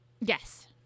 Yes